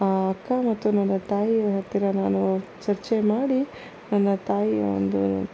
ಅಕ್ಕ ಮತ್ತು ನನ್ನ ತಾಯಿ ಹತ್ತಿರ ನಾನು ಚರ್ಚೆ ಮಾಡಿ ನನ್ನ ತಾಯಿ ಒಂದು